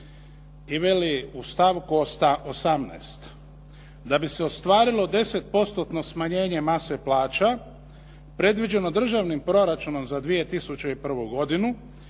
I velik u stavku 18. "Da bi se ostvarilo 10%-no smanjenje mase plaća, predviđeno državnim proračunom za 2001. godinu